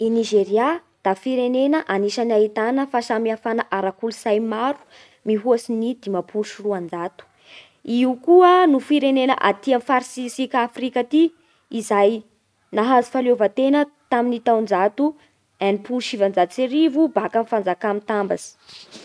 I Nizeria da firenena anisan'ny ahitana fahasamihafana ara-kolotsay maro mihoatsy ny dimampolo sy roanjato. I io koa no firenena aty amin'ny faritsy isika Afrika aty izay nahazo fahaleovan-tena tamin'ny taonjato enimpolo sy sivanjato sy arivo baka fanjakà mitambatsy.